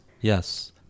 yes